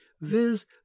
viz